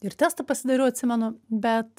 ir testą pasidariau atsimenu bet